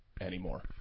anymore